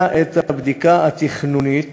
ביקשה מהוועדה המקומית לבצע את הבדיקה התכנונית